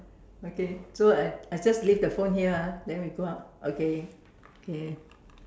okay so I I just leave the phone here ah then we go out okay okay